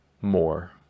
more